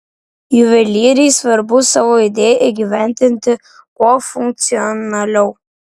juvelyrei svarbu savo idėją įgyvendinti kuo funkcionaliau